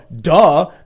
duh